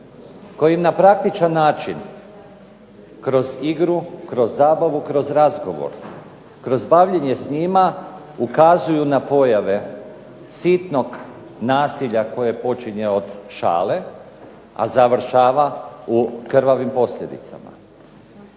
kojim na praktičan način kroz igru, kroz zabavu, kroz razgovor, kroz bavljenje s njima ukazuju na pojave sitnog nasilja koji počinje od šale, a završava u krvavim posljedicama.